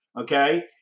Okay